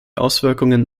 auswirkungen